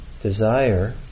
desire